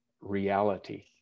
reality